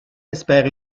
espère